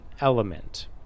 element